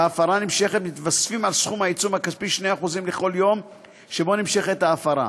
בהפרה נמשכת מתווספים על סכום העיצום הכספי 2% לכל יום שבו נמשכת ההפרה.